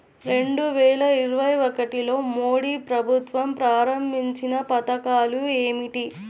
రెండు వేల ఇరవై ఒకటిలో మోడీ ప్రభుత్వం ప్రారంభించిన పథకాలు ఏమిటీ?